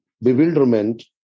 bewilderment